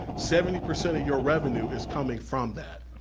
seventy percent of your revenue is coming from that.